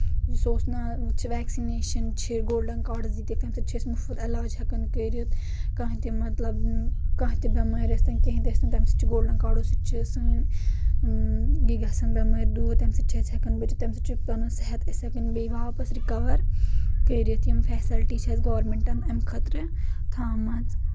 سُہ اوس نہٕ ویکسنیشن چھِ گولڈن گارڑس دِتکھ تمہِ سۭتۍ چھِ أسۍ مُفت عٮ۪لاج ہیٚکان کٔرِتھ کانٛہہ تہِ مطلب کانٛہہ تہِ بٮ۪مٲرۍ ٲسۍ تن کینٛہہ تہِ ٲسۍ تن تمہِ سۭتۍ چھُ گولڈن کارڑو سۭتۍ چھِ سٲنۍ یہِ گژھان بٮ۪مٲرۍ دوٗر تمہِ سۭتۍ چھِ أسۍ ہیٚکان بٔرِتھ تمہِ سۭتۍ چھُ پنُن صحت أسۍ ہیٚکان بییٚہِ واپس رِکور کٔرِتھ یِم فیسلٹی چھِ اسہِ گورنمینٛٹن امہِ خٲطرٕ تھامٕژ